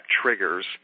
triggers